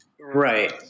Right